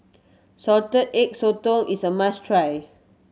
Salted Egg Sotong is a must try